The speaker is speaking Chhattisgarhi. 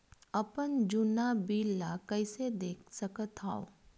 अपन जुन्ना बिल ला कइसे देख सकत हाव?